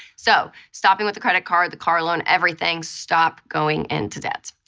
so stopping with the credit card, the car loan, everything, stop going into debt.